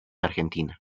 argentina